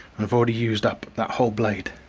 and i've already used up that whole blade.